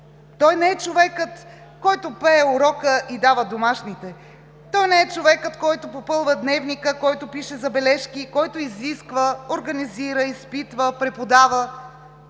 Той не е човекът, който пее урока и дава домашните, той не е човекът, който попълва дневника, който пише забележки, който изисква, организира, изпитва, преподава.